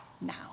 now